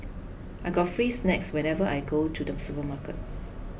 I get free snacks whenever I go to the supermarket